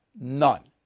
None